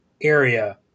area